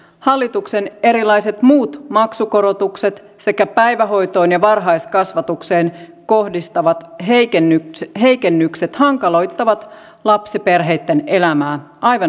hallituksen erilaiset muut maksukorotukset sekä päivähoitoon ja varhaiskasvatukseen kohdistuvat heikennykset hankaloittavat lapsiperheitten elämää aivan dramaattisesti